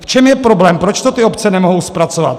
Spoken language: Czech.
V čem je problém, proč to ty obce nemohou zpracovat?